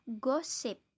gossip